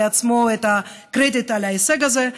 לעצמו את הקרדיט על ההישג הזה,